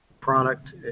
product